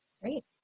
Great